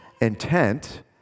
intent